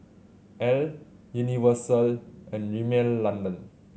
Elle Universal and Rimmel London